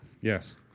Yes